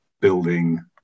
building